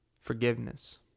Forgiveness